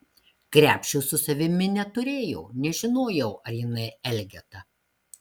krepšio su savimi neturėjo nežinojau ar jinai elgeta